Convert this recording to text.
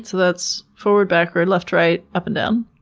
that's forward backward, left right, up and down.